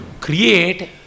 create